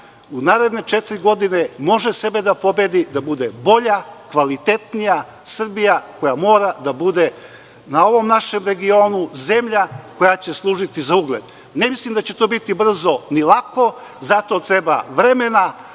naredne četiri godine može sebe da pobedi, da bude bolja, kvalitetnija Srbija koja mora da bude na ovom našem regionu zemlja koja će služiti za ugled. Ne mislim da će to biti brzo ni lako, za to treba vremena,